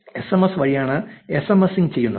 SMS വഴിയാണ് SMS ഇങ് ചെയ്യുന്നത്